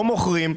לא מוכרים,